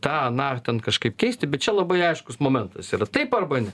tą aną ar ten kažkaip keisti bet čia labai aiškus momentas yra taip arba ne